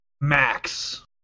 Max